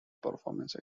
performance